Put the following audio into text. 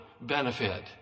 benefit